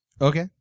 Okay